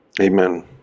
Amen